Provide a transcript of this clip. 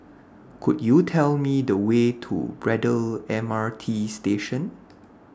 Could YOU Tell Me The Way to Braddell M R T Station